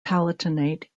palatinate